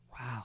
Wow